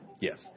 Yes